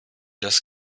das